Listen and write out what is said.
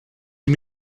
you